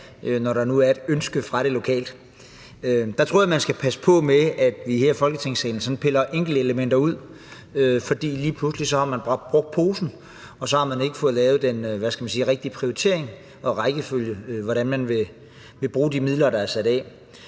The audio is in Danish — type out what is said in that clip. når der nu er et ønske om det lokalt? Jeg tror, vi skal passe på med her i Folketingssalen sådan at pille enkelte elementer ud, for lige pludselig har man brugt det hele i posen, og så har man ikke fået lavet den rigtige prioritering og rækkefølge i, hvordan man vil bruge de midler, der er sat af.